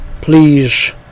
please